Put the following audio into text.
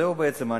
זהו בעצם.